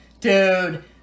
dude